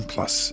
Plus